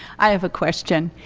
i have a question.